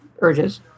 urges